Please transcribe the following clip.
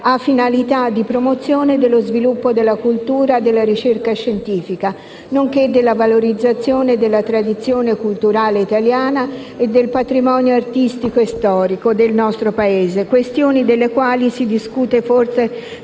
ha finalità di promozione dello sviluppo della cultura e della ricerca scientifica, nonché della valorizzazione della tradizione culturale italiana e del patrimonio artistico e storico del nostro Paese. Questioni delle quali si discute forse